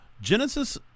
Genesis